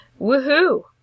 woohoo